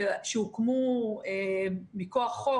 הוקמו מכוח חוק,